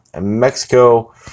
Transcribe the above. Mexico